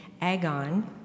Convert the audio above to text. Agon